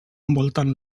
envolten